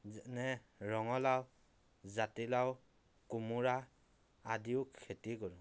যেনে ৰঙলাও জাতিলাও কোমোৰা আদিও খেতি কৰোঁ